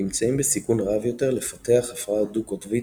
נמצאים בסיכון רב יותר לפתח הפרעה דו-קוטבית